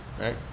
right